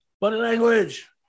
language